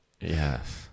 Yes